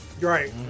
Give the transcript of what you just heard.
Right